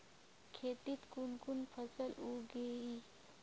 खेतीत कुन कुन फसल उगेई?